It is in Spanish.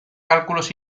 cálculos